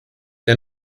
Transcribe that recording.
der